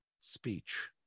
speech